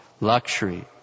luxury